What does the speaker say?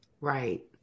Right